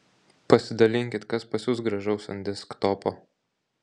pasidalinkit kas pas jus gražaus ant desktopo